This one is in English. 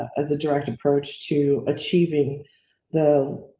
as a direct approach to achieving the.